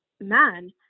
man